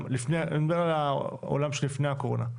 אני מדבר על העולם של לפני הקורונה,